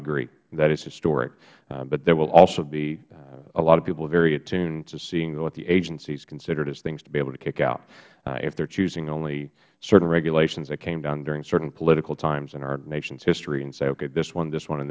agree that it is historic but there will also be a lot of people very attuned to seeing what the agencies consider as things to be able to kick out if they are choosing only certain regulations that came down during certain political times in our nation's history and say okay this one this one